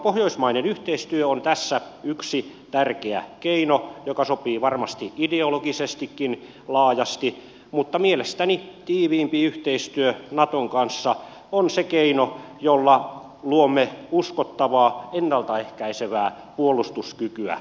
pohjoismainen yhteistyö on tässä yksi tärkeä keino joka sopii varmasti ideologisestikin laajasti mutta mielestäni tiiviimpi yhteistyö naton kanssa on se keino jolla luomme uskottavaa ennalta ehkäisevää puolustuskykyä suomelle